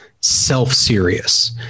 self-serious